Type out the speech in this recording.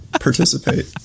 participate